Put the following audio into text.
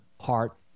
heart